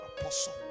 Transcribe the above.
Apostle